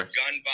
gun